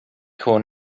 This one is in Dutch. gewoon